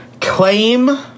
claim